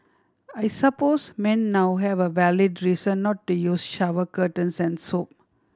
I suppose men now have a valid reason not to use shower curtains and soap